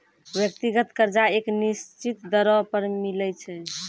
व्यक्तिगत कर्जा एक निसचीत दरों पर मिलै छै